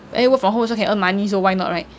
then you work from home also can earn money so why not right